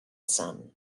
son